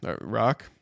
rock